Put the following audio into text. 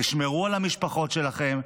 תשמרו על המשפחות שלכם,